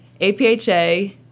APHA